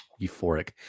euphoric